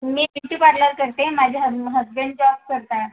मी beauty parlour करते माझे हज हजबंड जॉब करतात